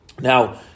Now